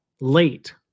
late